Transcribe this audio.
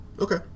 Okay